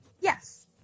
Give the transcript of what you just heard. yes